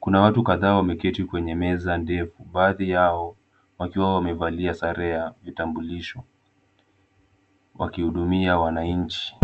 Kuna watu kadhaa wameketi kwenye meza ndefu baadhi yao wakiwa wamevalia sare ya vitambulisho wakihudumia wananchi.